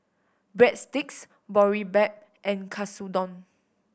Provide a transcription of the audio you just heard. Breadsticks Boribap and Katsudon